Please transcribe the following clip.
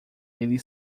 ele